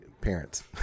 parents